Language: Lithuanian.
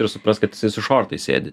suprast kad jisai su šortais sėdi